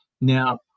Now